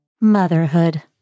Motherhood